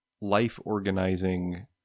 life-organizing